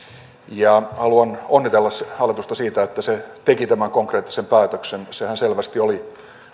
haluan onnitella hallitusta siitä että se teki tämän konkreettisen päätöksen sehän selvästi oli